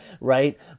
right